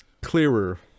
clearer